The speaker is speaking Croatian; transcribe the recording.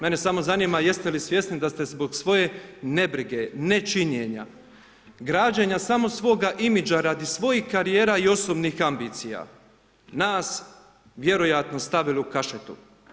Mene samo zanima jeste li svjesni da ste zbog svoje nebrige, nečinjenja, građenja samo svoga imidža radi svojih karijera i osobnih ambicija nas vjerojatno stavili u kašetu.